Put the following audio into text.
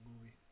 movie